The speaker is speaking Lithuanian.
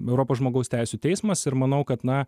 europos žmogaus teisių teismas ir manau kad na